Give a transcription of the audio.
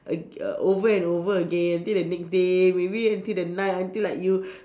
ag~ err over and over again until the next day maybe until the night until you